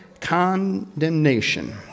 condemnation